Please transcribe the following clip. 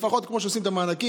לפחות כמו שעושים את המענקים,